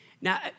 Now